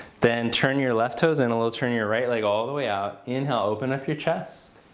then turn your left toes in a little. turn your right leg all the way out. inhale open up your chest.